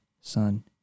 son